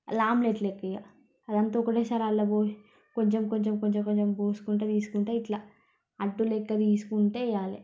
అలా ఆమ్లెట్ లెక్కిగ అదంతా ఒకటే సారి అందులో పోసి కొంచెం కొంచెం కొంచెం పోసుకుంటా తీసుకుంటే ఇట్లా అట్టు లెక్కి తీసుకుంటూ వెయ్యాలే